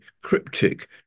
cryptic